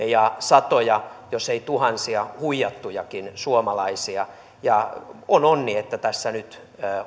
ja satoja jos ei tuhansia huijattujakin suomalaisia on onni että tässä nyt